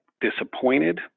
disappointed